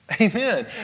Amen